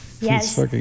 Yes